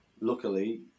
luckily